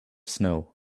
snow